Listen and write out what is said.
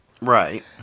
Right